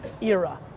era